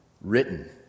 written